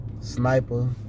Sniper